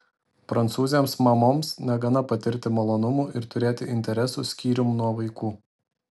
prancūzėms mamoms negana patirti malonumų ir turėti interesų skyrium nuo vaikų